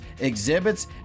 exhibits